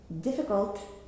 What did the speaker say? difficult